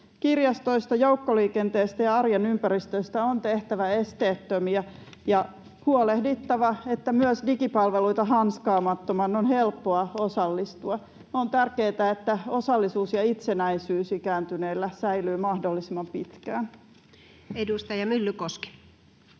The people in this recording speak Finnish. Kirjastoista, joukkoliikenteestä ja arjen ympäristöistä on tehtävä esteettömiä ja on huolehdittava, että myös digipalveluita hanskaamattoman on helppoa osallistua. On tärkeätä, että osallisuus ja itsenäisyys ikääntyneillä säilyvät mahdollisimman pitkään. [Speech 119]